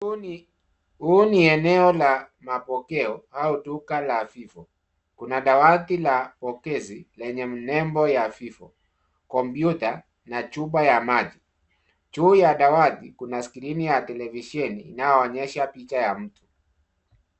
Huo ni eneo la mapokeo au duka la vivo. Kuna dawati la pokezi lenye mnembo wa vivo ,kompyuta na chupa ya maji. Juu ya dawati kuna skirini ya televisioni inayo onyesha picha ya mtu.